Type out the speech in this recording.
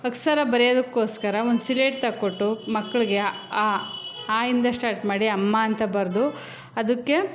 ಅಕ್ಷರ ಬರೆಯೋದಕೋಸ್ಕರ ಒಂದು ಸಿಲೇಟ್ ತಕ್ಕೊಟ್ಟು ಮಕ್ಕಳಿಗೆ ಆ ಅ ಇಂದ ಸ್ಟಾರ್ಟ್ ಮಾಡಿ ಅಮ್ಮ ಅಂತ ಬರೆದು ಅದಕ್ಕೆ